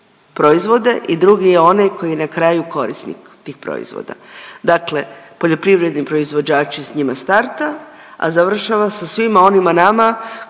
proizvode i drugi je onaj koji je na kraju korisnik tih proizvoda. Dakle, poljoprivredni proizvođači s njima starta, a završava sa svima onima nama koji